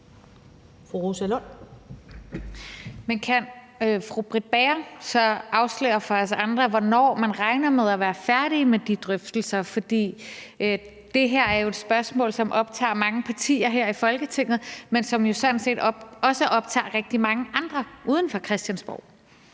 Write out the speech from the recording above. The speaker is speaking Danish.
Rosa Lund (EL): Men kan fru Britt Bager så afsløre for os andre, hvornår man regner med at være færdig med de drøftelser? For det her er jo et spørgsmål, som optager mange partier her i Folketinget, men som sådan set også optager rigtig mange andre uden for Christiansborg.